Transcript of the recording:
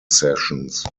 sessions